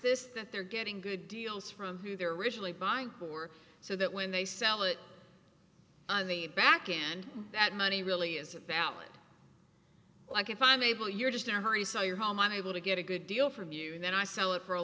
this that they're getting good deals from who they're originally buying who are so that when they sell it on the back and that money really is a valid like if i'm able you're just to hurry so you're home i'm able to get a good deal from you then i sell it for a